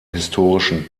historischen